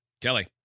Kelly